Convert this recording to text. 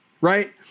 Right